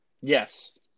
Yes